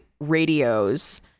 radios